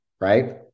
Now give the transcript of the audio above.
Right